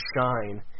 shine